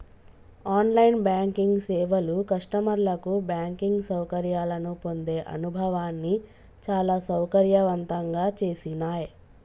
on line banking సేవలు కస్టమర్లకు banking సౌకర్యాలను పొందే అనుభవాన్ని చాలా సౌకర్యవంతంగా చేసినాయ్